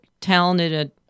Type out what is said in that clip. talented